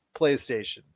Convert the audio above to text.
PlayStation